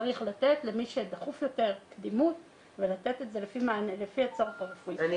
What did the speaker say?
צריך לתת קדימות למי שדחוף יותר ולתת את זה לפי הצורך הרפואי.